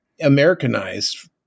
Americanized